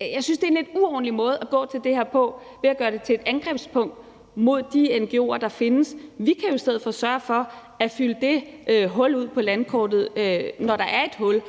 jeg synes, det er en lidt uordentlig måde at gå til det her på at gøre det til et angrebspunkt mod de ngo'er, der findes. Vi kan i stedet sørge for at fylde det hul ud på landkortet, når der er et hul,